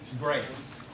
grace